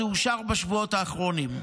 זה אושר בשבועות האחרונים.